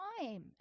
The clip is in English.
time